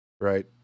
Right